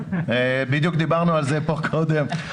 בדיוק דיברנו על כך קודם.